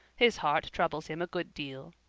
his heart troubles him a good deal.